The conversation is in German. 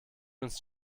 ins